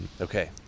Okay